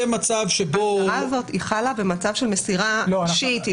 ההחמרה הזאת חלה במצב של מסירה אישית.